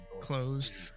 closed